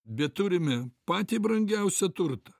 bet turime patį brangiausią turtą